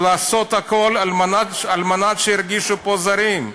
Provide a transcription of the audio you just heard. לעשות הכול על מנת שירגישו פה זרים.